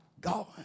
God